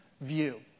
view